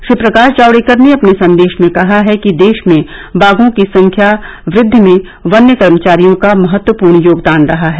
श्री प्रकाश जावडेकर ने अपने संदेश में कहा है कि देश में बाघों की संख्या वृद्वि में वन्य कर्मचारियों का महत्वपूर्ण योगदान रहा है